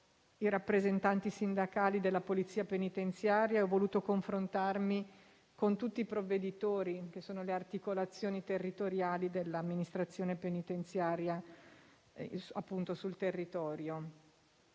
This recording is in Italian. i rappresentanti sindacali della Polizia penitenziaria, e ho voluto confrontarmi con tutti i provveditori, che sono le articolazioni territoriali dell'amministrazione penitenziaria sul territorio.